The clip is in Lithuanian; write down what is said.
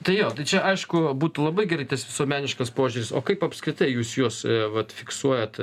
tai jo čia aišku būtų labai gerai tas visuomeniškas požiūris o kaip apskritai jūs juos vat fiksuojat